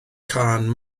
cân